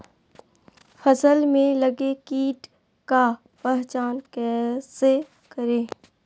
फ़सल में लगे किट का पहचान कैसे करे?